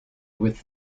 with